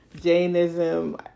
Jainism